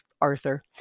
Arthur